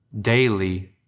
daily